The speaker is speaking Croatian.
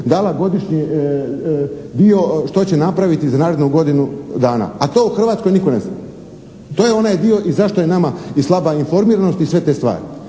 dala godišnji dio što će napraviti za narednu godinu dana. A to u Hrvatskoj nitko ne zna. To je onaj dio i zašto je nama i slaba informiranost i sve te stvari.